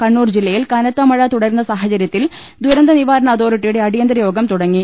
കണ്ണൂർ ജില്ലയിൽ കനത്ത മഴ തുടരുന്ന സാഹചര്യത്തിൽ ദുരന്തനിവാരണ അതോറിറ്റിയുടെ അടിയന്തര യോഗം തുടങ്ങി